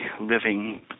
living